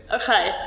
Okay